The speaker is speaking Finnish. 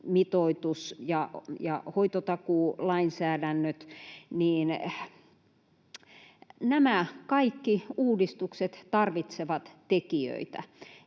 mitoitus ja hoitotakuulainsäädännöt, niin nämä kaikki uudistukset tarvitsevat tekijöitä.